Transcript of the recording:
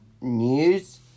News